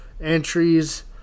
entries